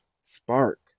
spark